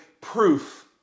proof